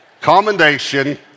Commendation